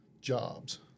jobs